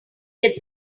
get